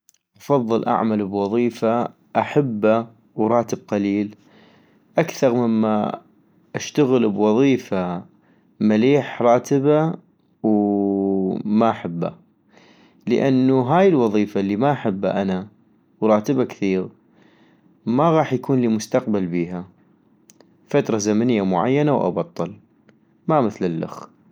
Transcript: افضل اعمل بوظيفة احبا وراتب قليل اكثغ مما اشتغل بوظيفة مليح راتبا و ما احبا - لانو هاي الوظيفة الي ما احبا انا وراتبا كثيغ ما غاح يكونلي مستقبل بيها، ، فترة زمنية معينة وابطل ، ما مثل الله